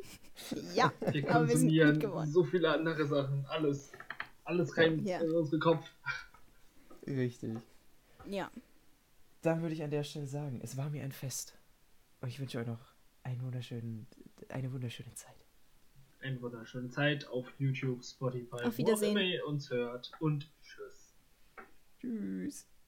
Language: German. Ja, Wir aber wir sind gut konsumieren geworden. so viele andere Sachen, alles- alles Ja, rein ja. in unseren Kopf. Richtig. Ja. Dann würde ich an der Stelle sagen, es war mir ein Fest. Und ich wünsche euch noch einen wunderschönen- eine wunderschöne Zeit. Eine wunderschöne Zeit auf YouTube, Spotify, Auf wo auch Wiedersehen. immer ihr uns hört. Und tschüss. Tschüss.